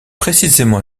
précisément